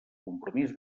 compromís